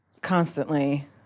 constantly